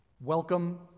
Welcome